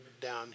down